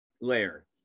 layer